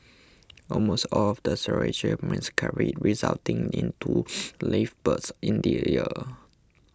almost all of the surrogates miscarried resulting in two live births in the